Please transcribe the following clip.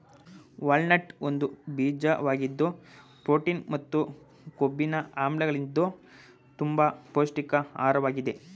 walnut ಒಂದು ಬೀಜವಾಗಿದ್ದು protein ಮತ್ತು ಕೊಬ್ಬಿನ ಆಮ್ಲಗಳಿದ್ದು ತುಂಬ ಪೌಷ್ಟಿಕ ಆಹಾರ್ವಾಗಿದೆ